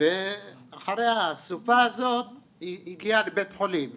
ואחרי הסופה הזאת היא הגיעה לבית חולים